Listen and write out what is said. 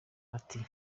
ati